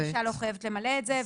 האישה לא חייבת למלא את זה,